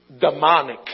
demonic